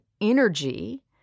energy